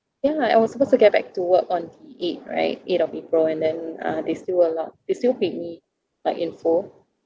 ya I was supposed to get back to work on the eighth right eighth of april and then uh they still allowed they still paid me like in full